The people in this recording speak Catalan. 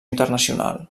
internacional